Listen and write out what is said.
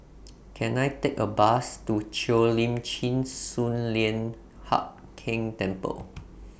Can I Take A Bus to Cheo Lim Chin Sun Lian Hup Keng Temple